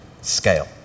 scale